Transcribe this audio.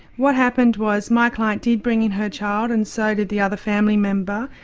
what happened was my client did bring in her child, and so did the other family member.